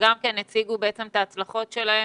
שגם הם הציגו את ההצלחות שלהם,